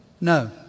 No